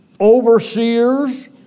overseers